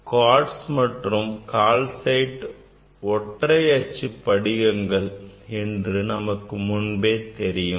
quartz மற்றும் calcite ஒற்றைஅச்சு படிகங்கள் என்று நமக்கு முன்பே தெரியும்